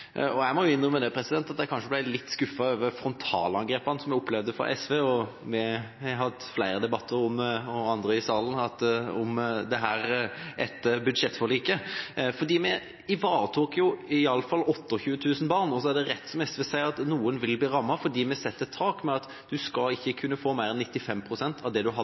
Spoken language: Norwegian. nå. Jeg må innrømme at jeg kanskje er blitt litt skuffet over de frontalangrepene som jeg har opplevd fra SV i flere debatter som vi, og andre i salen, har hatt om dette etter budsjettforliket. Vi ivaretok jo i hvert fall 28 000 barn. Så er det rett – som SV sier – at noen vil bli rammet, fordi vi setter et tak: Man skal ikke kunne få mer enn 95 pst. av det